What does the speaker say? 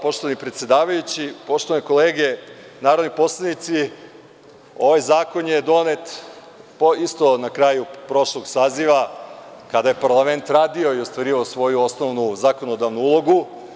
Poštovani predsedavajući, poštovane kolege narodni poslanici, ovaj zakon je donet na kraju prošlog saziva kada je parlament radio i ostvarivao svoju osnovnu zakonodavnu ulogu.